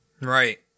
Right